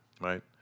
Right